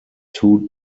two